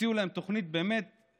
הציעו להן תוכנית, באמת אני